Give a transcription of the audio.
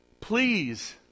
please